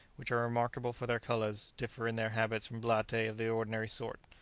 which are remarkable for their colours, differ in their habits from blattae of the ordinary sort.